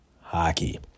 hockey